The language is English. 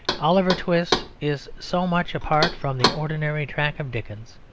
oliver twist is so much apart from the ordinary track of dickens,